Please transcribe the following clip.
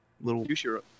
little